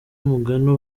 mugani